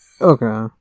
Okay